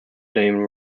dame